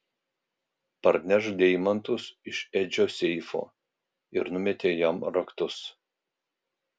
parnešk deimantus iš edžio seifo ir numetė jam raktus